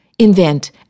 invent